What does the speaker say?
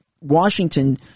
Washington